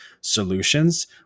solutions